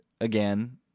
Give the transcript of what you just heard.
again